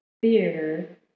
Theater